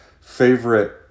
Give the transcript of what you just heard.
favorite